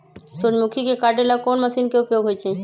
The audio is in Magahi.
सूर्यमुखी के काटे ला कोंन मशीन के उपयोग होई छइ?